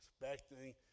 expecting